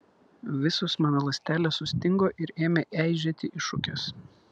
visos mano ląstelės sustingo ir ėmė eižėti į šukes